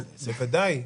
בוודאי.